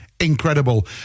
Incredible